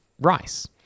rice